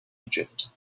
egypt